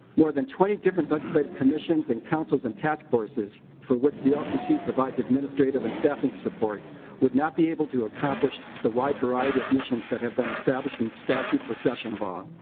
more than twenty different legislative commissions and councils and task forces which the lcc provides administrative and staffing support would not be able to accomplish the wide variety of missions that have been established in statute were session law.